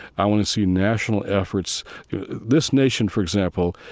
i want to see national efforts this nation, for example,